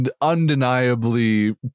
undeniably